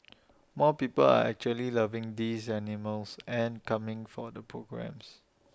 more people are actually loving these animals and coming for the programmes